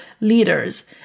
leaders